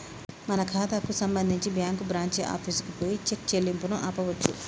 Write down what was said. మన ఖాతాకు సంబంధించి బ్యాంకు బ్రాంచి ఆఫీసుకు పోయి చెక్ చెల్లింపును ఆపవచ్చు